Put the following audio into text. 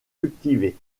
cultivées